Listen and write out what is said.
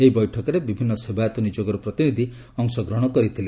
ଏହି ବୈଠକରେ ବିଭିନ୍ ସେବାୟତ ନିଯୋଗର ପ୍ରତିନିଧି ଅଂଶ ଗ୍ରହଶ କରିଥିଲେ